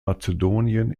mazedonien